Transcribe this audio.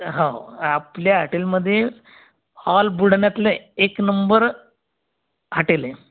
हो आपल्या हाटेलमध्ये ऑल बुलढाण्यातले एक नंबर हाटेल आहे